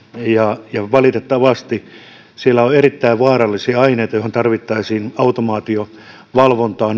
ja ja valitettavasti siellä on erittäin vaarallisia aineita joihin tarvittaisiin automaatiovalvontaa